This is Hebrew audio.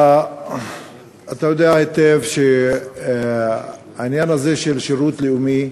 אתה יודע היטב שהעניין הזה, של שירות לאומי,